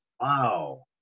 Wow